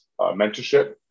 mentorship